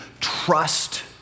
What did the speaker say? trust